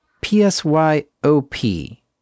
P-S-Y-O-P